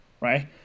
Right